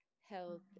health